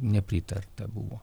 nepritarta buvo